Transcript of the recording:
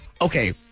okay